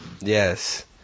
Yes